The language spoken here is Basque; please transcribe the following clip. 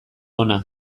ona